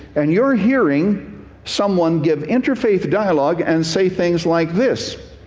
and you're hearing someone give interfaith dialogue and say things like this?